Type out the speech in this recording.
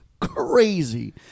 crazy